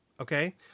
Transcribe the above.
okay